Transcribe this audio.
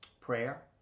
prayer